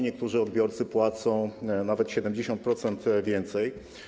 Niektórzy odbiorcy płacą nawet o 70% więcej.